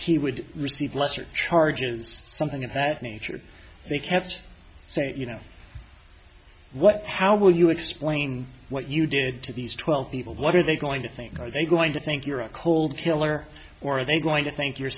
he would receive lesser charges something of that nature they kept saying you know what how will you explain what you did to these twelve people what are they going to think are they going to think you're a cold killer or are they going to think you're